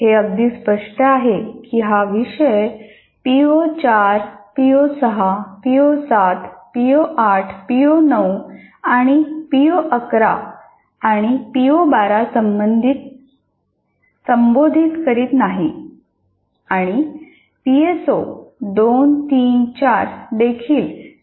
हे अगदी स्पष्ट आहे की हा विषय पीओ4 पीओ6 पीओ7 पीओ8 पीओ9 पीओ 11 आणि पीओ 12 संबोधित करीत नाही आणि पीएसओ 234 देखील संबोधित केले जात नाहीत